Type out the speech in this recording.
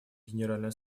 генеральной